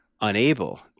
unable